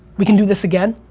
we can do this again.